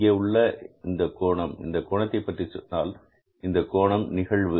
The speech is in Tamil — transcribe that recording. இங்கே உள்ள ஒரு கோணம் இந்தக் கோணத்தை பற்றி சொன்னால் இந்த கோணம் நிகழ்வு